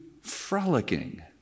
frolicking